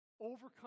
Overcome